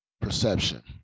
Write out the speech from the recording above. perception